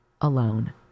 alone